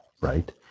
Right